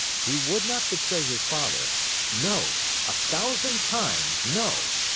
he would not betray his father no, a thousand times, no!